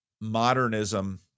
modernism